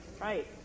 Right